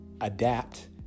adapt